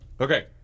Okay